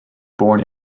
born